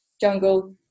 jungle